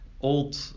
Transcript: old